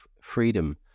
freedom